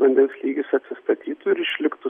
vandens lygis atsistatytų ir išliktų